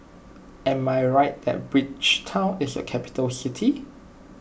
am I right that Bridgetown is a capital city